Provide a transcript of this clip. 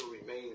remain